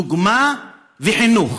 דוגמה וחינוך.